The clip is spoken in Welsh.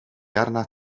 arnat